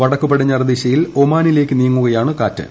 വടക്ക് പടഞ്ഞാറ് ദിശയിൽ ഒമാനിലേക്ക് നീങ്ങുകയാണ് കാറ്റ്